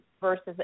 versus